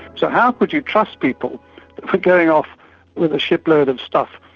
so how could you trust people for going off with a shipload of stuff?